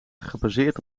gebaseerd